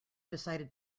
decided